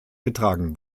getragen